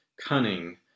cunning